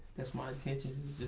that's my intentions,